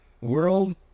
world